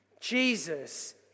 Jesus